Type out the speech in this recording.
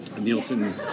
Nielsen